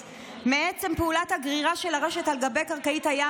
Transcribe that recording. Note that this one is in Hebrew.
מעצם פעולת הגרירה של הרשת על גבי קרקעית הים,